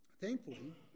Thankfully